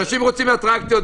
אנשים רוצים אטרקציות,